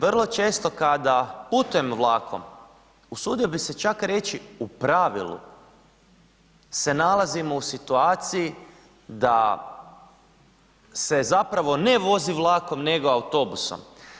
Vrlo često kada putujem vlakom, usudio bih se čak reći u pravilu se nalazim u situaciji da se zapravo ne vozi vlakom nego autobusom.